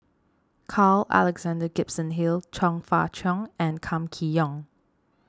Carl Alexander Gibson Hill Chong Fah Cheong and Kam Kee Yong